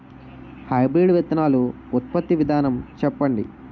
Hybrid విత్తనాలు ఉత్పత్తి విధానం చెప్పండి?